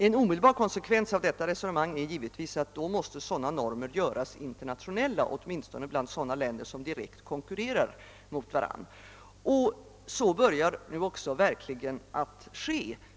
En omedelbar konsekvens av detta resonemang är givetvis att sådana normer måste göras internationella, åtminstone bland sådana länder som direkt konkurrerar med varandra. Så börjar också verkligen att ske.